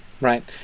right